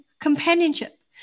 companionship